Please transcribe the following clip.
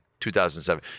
2007